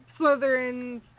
Slytherins